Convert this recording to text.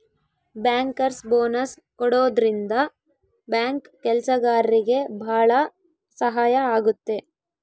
bankers bonus ಕೊಡೋದ್ರಿಂದ bank ಕೆಲ್ಸಗಾರ್ರಿಗೆ ಭಾಳ ಸಹಾಯ ಆಗುತ್ತೆ